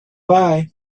bye